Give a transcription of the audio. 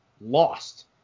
lost